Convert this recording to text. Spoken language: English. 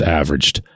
averaged